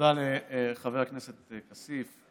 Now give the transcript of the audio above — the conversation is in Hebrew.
תודה לחבר הכנסת כסיף.